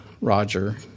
Roger